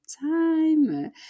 time